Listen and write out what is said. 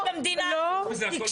זה שאתם מזלזלים בוועדות.